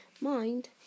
Mind